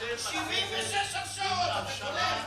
76 הרשעות, אתה קולט?